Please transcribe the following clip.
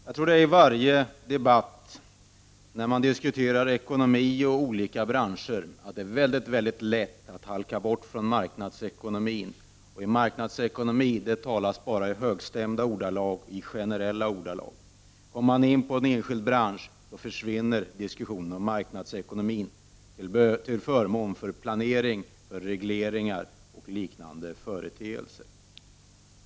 Fru talman! Jag tror att det i varje debatt när ekonomi och olika branscher diskuteras är mycket lätt att halka bort från marknadsekonomin. Marknads ekonomin talas det bara generellt om i högstämda ordalag. Om diskussionen förs in på en enskild bransch försvinner talet om marknadsekonomin till förmån för planering, regleringar och liknande företeelser.